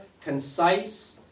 concise